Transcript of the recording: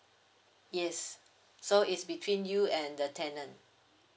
yes so it's between you and the tenant